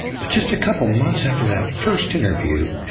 but just a couple months after that first interview,